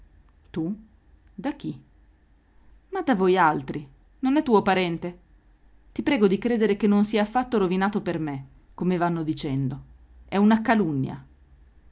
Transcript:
tu da chi ma da vojaltri non è tuo parente ti prego di credere che non si è affatto rovinato per me come vanno dicendo è una calunnia